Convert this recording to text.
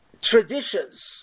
traditions